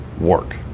work